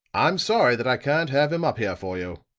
i'm sorry that i can't have him up here for you,